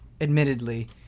admittedly